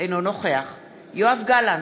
אינו נוכח יואב גלנט,